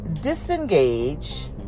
disengage